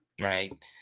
right